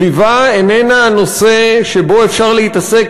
סביבה איננה נושא שבו אפשר להתעסק